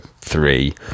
three